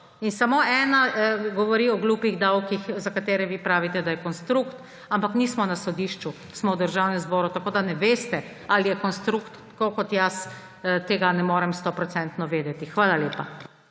In samo ena govori o glupih davkih, za katere vi pravite, da je konstrukt, ampak nismo na sodišču. Smo v Državnem zboru, tako da ne veste, ali je konstrukt, tako kot jaz tega ne morem stoprocentno vedeti. Hvala lepa.